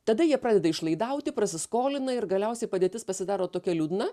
tada jie pradeda išlaidauti prasiskolina ir galiausiai padėtis pasidaro tokia liūdna